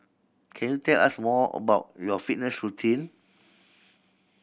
can you tell us more about your fitness routine